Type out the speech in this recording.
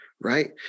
right